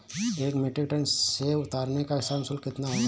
एक metric tonne सेव उतारने का श्रम शुल्क कितना होगा?